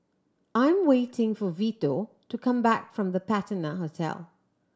I'm waiting for Vito to come back from The Patina Hotel